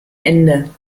ende